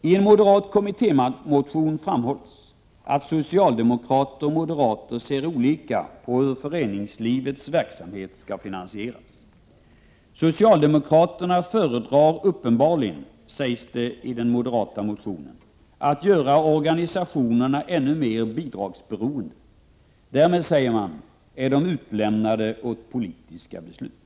I en moderat kommittémotion framhålls att socialdemokrater och moderater ser olika på hur föreningslivets verksamhet skall finansieras. Socialdemokraterna föredrar uppenbarligen, sägs det i den moderata motionen, att göra organisationerna ännu mer bidragsberoende. Därmed, säger man, är de utlämnade åt politiska beslut.